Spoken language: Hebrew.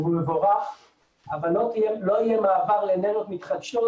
הוא מבורך אבל לא יהיה מעבר לאנרגיות מתחדשות